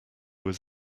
was